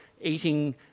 eating